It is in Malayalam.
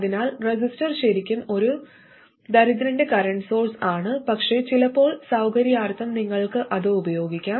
അതിനാൽ റെസിസ്റ്റർ ശരിക്കും ഒരു ദരിദ്രന്റെ കറന്റ് സോഴ്സ് ആണ് പക്ഷേ ചിലപ്പോൾ സൌകര്യാർത്ഥം നിങ്ങൾക്ക് അത് ഉപയോഗിക്കാം